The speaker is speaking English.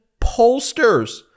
pollsters